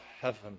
heaven